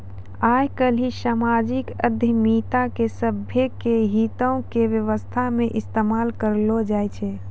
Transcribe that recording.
आइ काल्हि समाजिक उद्यमिता के सभ्भे के हितो के व्यवस्था मे इस्तेमाल करलो जाय छै